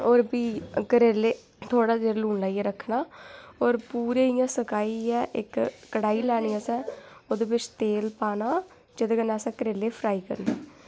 होर भी करेले थोह्ड़ा जेहा लून लाइयै रक्खना आं होर पूरे इ'यां सुकाइयै इक कढ़ाई लैनी असें ओह्दे बिच तेल पाना जेह्दे कन्नै असें करेले फ्राई करने